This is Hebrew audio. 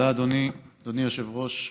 תודה, אדוני היושב-ראש.